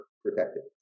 protected